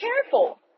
careful